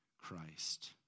Christ